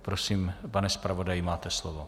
Prosím, pane zpravodaji, máte slovo.